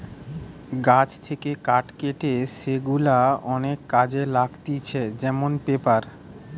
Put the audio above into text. গাছ থেকে কাঠ কেটে সেগুলা অনেক কাজে লাগতিছে যেমন পেপার